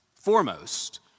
Foremost